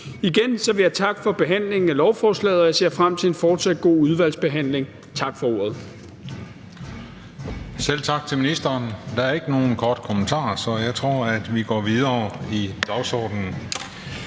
Igen vil jeg takke for behandlingen af lovforslaget, og jeg ser frem til en fortsat god udvalgsbehandling. Tak for ordet.